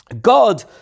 God